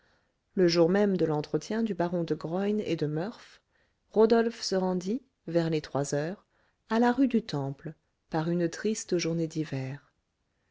le jour même de l'entretien du baron de graün et de murph rodolphe se rendit vers les trois heures à la rue du temple par une triste journée d'hiver